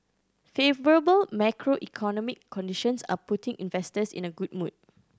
favourable macroeconomic conditions are putting investors in a good mood